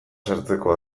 sartzeko